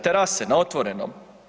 Terase na otvorenom?